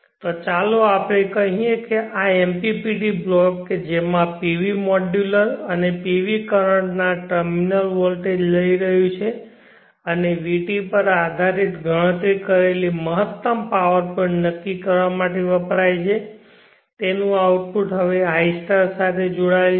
તો ચાલો આપણે કહીએ કે આ MPPT બ્લોક જે તેમાં PV મોડ્યુલર અને PV કરંટ ના ટર્મિનલ વોલ્ટેજ લઈ રહ્યું છે અને vt પર આધારિત ગણતરી કરેલી મહત્તમ પાવર પોઇન્ટ નક્કી કરવા માટે વપરાય છે તેનું આઉટપુટ હવે i સાથે જોડાયેલ છે